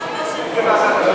איזו ועדה אתה רוצה?